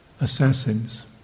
assassins